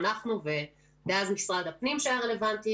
אנחנו ומשרד הפנים שהיה רלוונטי,